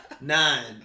nine